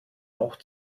auch